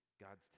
God's